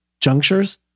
junctures